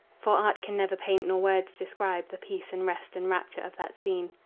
for art can never paint nor words describe the peace and rest and rapture of that scene.